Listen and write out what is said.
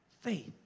Faith